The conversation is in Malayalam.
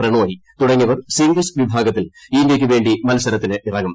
പ്രണോയി തുടങ്ങിയവർ സിംഗ്ൾസ് വിഭാഗത്തിൽ ഇന്ത്യയ്ക്ക് വേണ്ടി മത്സരത്തിന് ഇറങ്ങും